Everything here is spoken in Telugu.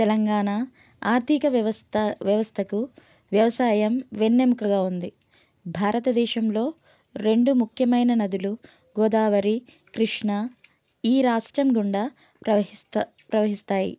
తెలంగాణ ఆర్థిక వ్యవస్థ వ్యవస్థకు వ్యవసాయం వెన్నెముకగా ఉంది భారతదేశంలో రెండు ముఖ్యమైన నదులు గోదావరి కృష్ణ ఈ రాష్ట్రం గుండా ప్రవహిస్తాయి ప్రవహిస్తాయి